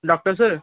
doctor sir